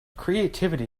creativity